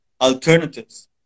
alternatives